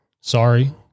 Sorry